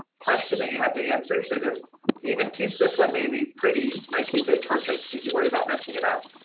question that you have to answer. so just even keep this one. maybe pretty reiki bit perfect because you worry about messing it up.